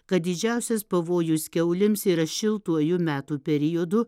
kad didžiausias pavojus kiaulėms yra šiltuoju metų periodu